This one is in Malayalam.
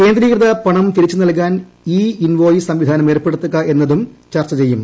കേന്ദ്രീകൃത പണം തിരിച്ച് നൽകാൻ ഇ ഇൻവോയിസ് സംവിധാനം ഏർപ്പെടുത്തുക എന്നതും ചർച്ച ചെയ്യും